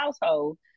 household